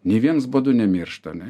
nei viens badu nemirštame